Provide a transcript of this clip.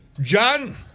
John